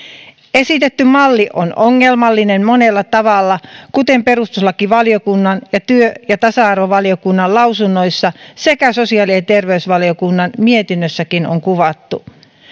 esitetty malli on ongelmallinen monella tavalla kuten perustuslakivaliokunnan ja työ ja tasa arvovaliokunnan lausunnoissa sekä sosiaali ja terveysvaliokunnan mietinnössäkin on kuvattu